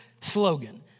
slogan